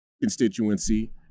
constituency